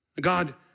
God